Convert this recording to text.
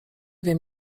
wiem